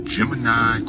Gemini